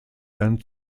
and